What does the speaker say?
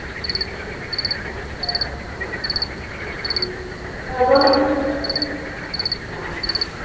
sir दोनों